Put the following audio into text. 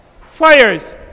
fires